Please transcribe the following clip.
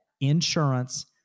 insurance